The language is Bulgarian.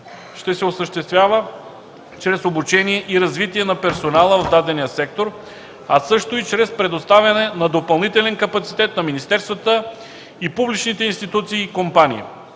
ще се осъществява чрез обучение и развитие на персонала в дадения сектор, а също и чрез предоставяне на допълнителен капацитет на министерствата и публичните институции и компании.